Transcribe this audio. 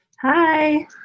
Hi